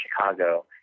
Chicago